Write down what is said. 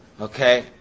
Okay